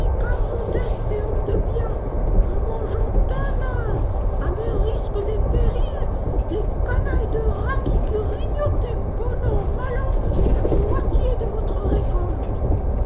modeste et homme de bien en mangeant un à un mes risques et périls les canailles de rats qui grignotaient bon an mal an la moitié de votre récolte